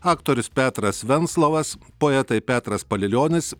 aktorius petras venslovas poetai petras palilionis